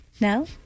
No